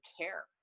care